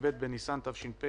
כ"ב בניסן תש"ף,